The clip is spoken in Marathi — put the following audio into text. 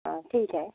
ठीक आहे